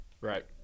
right